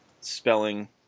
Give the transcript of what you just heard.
spelling